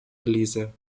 elisa